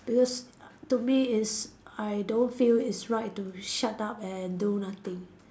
because to me is I don't feel it's right to shut up and do nothing